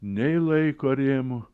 nei laiko rėmų